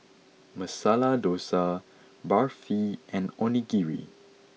Masala Dosa Barfi and Onigiri